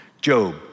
Job